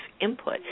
input